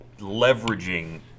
leveraging